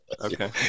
Okay